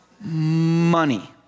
Money